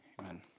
amen